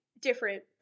different